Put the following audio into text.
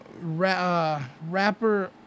rapper